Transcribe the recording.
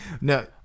No